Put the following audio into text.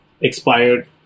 expired